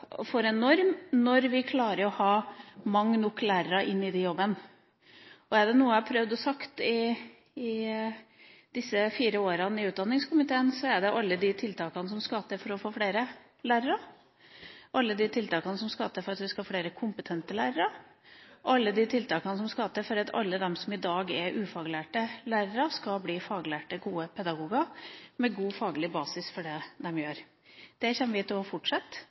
for en norm når vi klarer å ha mange nok lærere inne i jobben. Er det noe jeg har prøvd i disse fire årene i utdanningskomiteen, er det å snakke om alle de tiltakene som skal til for å få flere lærere, alle de tiltakene som skal til for at vi skal ha flere kompetente lærere, og alle de tiltakene som skal til for at alle dem som er ufaglærte lærere, skal bli faglærte, gode pedagoger med god faglig basis for det de gjør. Det kommer vi til å fortsette